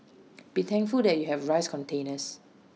be thankful that you have rice containers